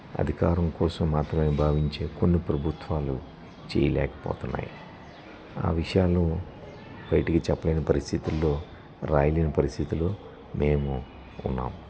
అధికారంకోసం మాత్రమే భావించే కొన్ని ప్రభుత్వాలు చేయలేకపోతున్నాయి ఆ విషయాలు బయటికి చెప్పలేని పరిస్థితుల్లో రాయలిని పరిస్థితులు మేము ఉన్నాం